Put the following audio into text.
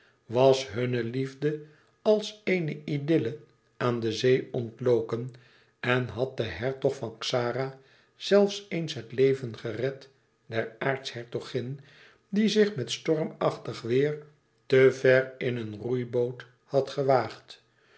was hunne liefde als eene idylle aan de zee ontloken en had de hertog van xara zelfs eens het leven gered der aartshertogin die zich met stormachtig weêr te ver in een roeiboot had gewaagd